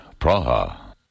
Praha